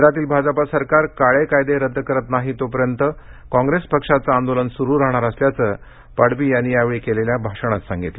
केंद्रातील भाजपा सरकार काळे कायदे रद्द करत नाही तोपर्यंत काँप्रेस पक्षाचं आंदोलन सुरू राहणार असल्याचं पाडवी यांनी यावेळी केलेल्या भाषणात सांगितलं